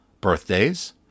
Birthdays